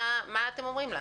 מה אתם אומרים להם?